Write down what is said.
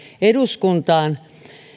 eduskuntaan